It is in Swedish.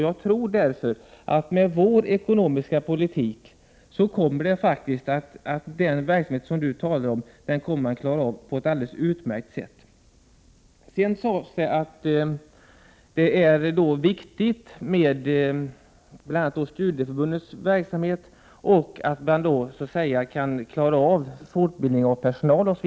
Jag tror att med vår ekonomiska politik skulle den verksamhet som ni talar om faktiskt kunna klaras av på ett alldeles utmärkt sätt. Sedan framhålls det att studieförbundens verksamhet är viktig och att det är nödvändigt att man klarar av bl.a. fortbildning av personal.